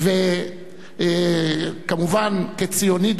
וכמובן כציוני דגול,